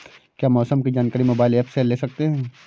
क्या मौसम की जानकारी मोबाइल ऐप से ले सकते हैं?